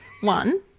One